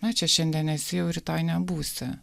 na čia šiandien esi jau rytoj nebūsi